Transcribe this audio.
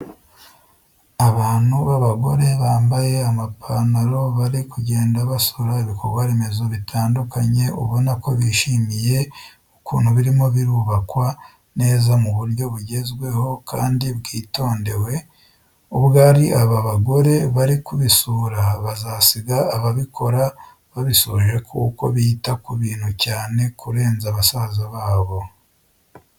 Abantu babagore bambaye amapantaro bari kugenda basura ibikorwaremezo bitandukanye ubona ko babyishimiye ukuntu birimo birubakwa neza mu buryo bugezweho kandi bwitondewe, ubwo ari aba bagore bari kubisura bazasiga ababikora babisoje kuko bita ku bintu cyane kurenza basaza babo.